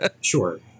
Sure